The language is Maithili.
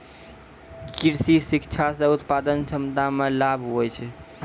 कृषि शिक्षा से उत्पादन क्षमता मे लाभ हुवै छै